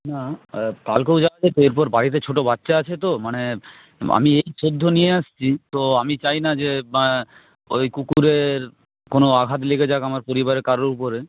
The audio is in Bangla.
কালকেও যাওয়া যেতো এরপর বাড়িতে ছোটো বাচ্চা আছে তো মানে আমি এই সদ্য নিয়ে আসছি তো আমি চাই না যে ওই কুকুরের কোনো আঘাত লেগে যাক আমার পরিবারে কারোর উপরে